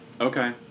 Okay